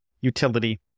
utility